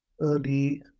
early